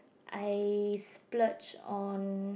I splurge on